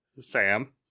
Sam